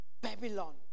Babylon